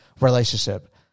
relationship